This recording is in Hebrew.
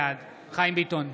בעד חיים ביטון,